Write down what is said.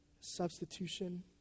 Substitution